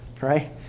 right